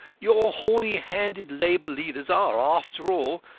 your horny-handed labour leaders are, after all,